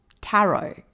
tarot